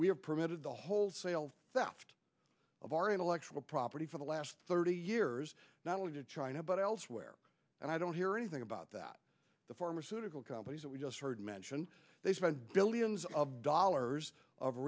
prevented the wholesale theft of our intellectual property for the last thirty years not only to china but elsewhere and i don't hear anything about that the pharmaceutical companies that we just heard mention they spend billions of dollars of